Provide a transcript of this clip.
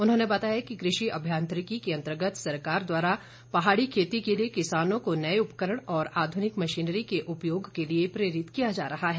उन्होंने बताया कि कृषि अभियांत्रिकी के अंतर्गत सरकार द्वारा पहाड़ी खेती के लिए किसानों को नए उपकरण और आधुनिक मशीनरी के उपयोग के लिए प्रेरित किया जा रहा है